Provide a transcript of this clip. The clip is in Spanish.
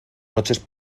noches